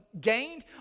gained